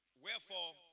wherefore